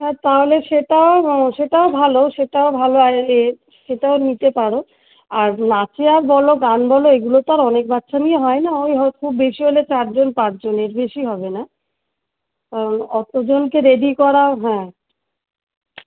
হ্যাঁ তাহলে সেটাও সেটাও ভালো সেটাও ভালো আর এলে সেটাও নিতে পারো আর নাচে আর বলো গান বলো এগুলো তো আর অনেক বাচ্চা নিয়ে হয় না ওই হয় খুব বেশি হলে চারজন পাঁচজন এর বেশি হবে না কারণ অতজনকে রেডি করা হ্যাঁ